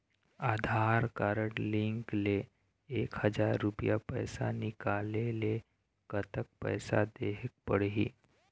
आधार card link ले एक हजार रुपया पैसा निकाले ले कतक पैसा देहेक पड़ही?